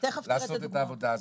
לעשות את העבודה הזאת.